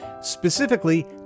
Specifically